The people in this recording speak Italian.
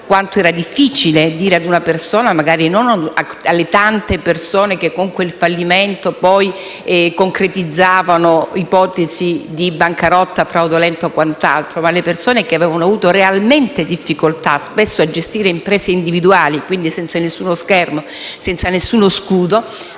quanto era difficile dire ad una persona che era fallita, magari non alle tante persone che con quel fallimento poi concretizzavano ipotesi di bancarotta fraudolenta o quant'altro, ma alle persone che avevano avuto realmente delle difficoltà, spesso a gestire imprese individuali, quindi senza alcuno schermo e senza alcuno scudo.